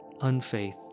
Unfaith